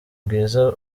bwiza